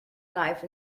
knife